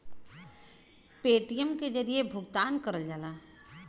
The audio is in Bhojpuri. पेटीएम के जरिये भुगतान करल जाला